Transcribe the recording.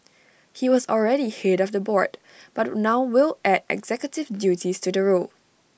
he was already Head of the board but now will add executive duties to the role